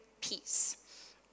peace